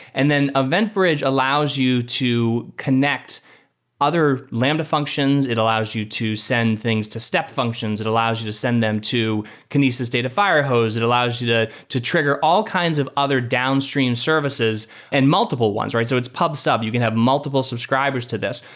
and then event bridge allows you to connect other lambda functions. it allows you to send things to step functions. it allows you to send them to kinesis data firehose. it allows you to to trigger all kinds of other downstream services and multiple ones, right? so it's pub sub. you can have multiple subscribers to this.